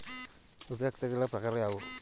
ಉಪಯುಕ್ತತೆಗಳ ಪ್ರಕಾರಗಳು ಯಾವುವು?